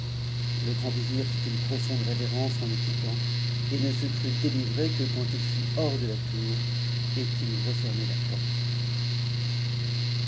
le grand vizir fit une profonde révérence en e quittant et ne e atdétivré que quand it fut hors de la tour et qu'il eut retërméia te sur le prince